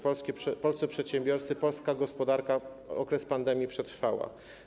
Polscy przedsiębiorcy, polska gospodarka okres pandemii przetrwała.